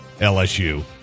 LSU